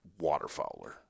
waterfowler